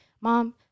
Mom